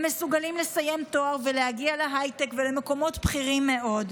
הם מסוגלים לסיים תואר ולהגיע להייטק ולמקומות בכירים מאוד.